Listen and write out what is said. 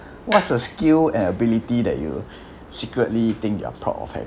what's the skill and ability that you secretly think you are proud of having